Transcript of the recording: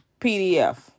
PDF